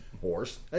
horse